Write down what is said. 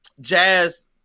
Jazz